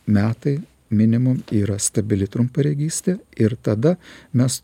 metai minimum yra stabili trumparegystė ir tada mes